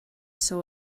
saw